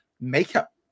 makeup